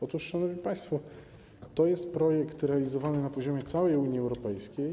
Otóż, szanowni państwo, to jest projekt realizowany na poziomie całej Unii Europejskiej.